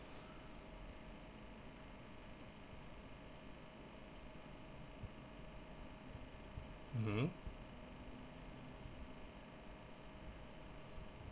mmhmm